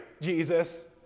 Jesus